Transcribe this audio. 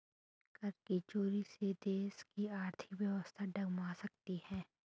कर की चोरी से देश की आर्थिक व्यवस्था डगमगा सकती है